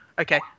Okay